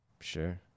Sure